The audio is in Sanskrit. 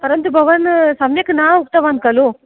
परन्तु भवान् सम्यक् न उक्तवान् खलु